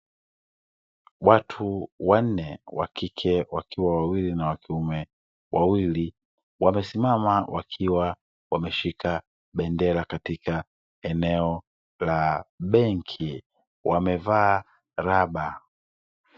Watu wanne, wakike wawili na wanaume wawili wamesimama wakiwa wameshika bendera katika eneo la benki, wamevaa raba.